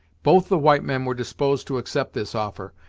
both the white men were disposed to accept this offer,